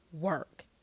work